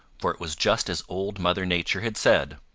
for it was just as old mother nature had said.